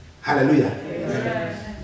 Hallelujah